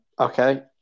okay